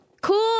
cool